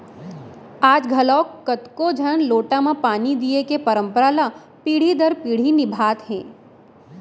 आज घलौक कतको झन लोटा म पानी दिये के परंपरा ल पीढ़ी दर पीढ़ी निभात हें